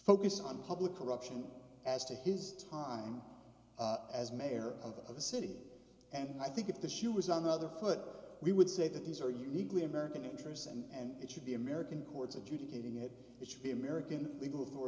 focused on public corruption as to his time as mayor of the city and i think if the shoe was on the other foot we would say that these are uniquely american interests and it should be american courts adjudicating it should be american legal